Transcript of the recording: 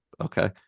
okay